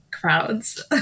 crowds